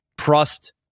trust